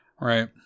Right